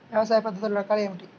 వ్యవసాయ పద్ధతులు రకాలు ఏమిటి?